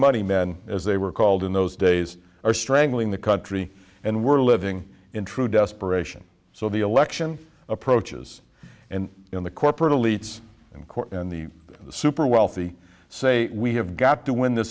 money men as they were called in those days are strangling the country and we're living in true desperation so the election approaches and in the corporate elites in court and the super wealthy say we have got to win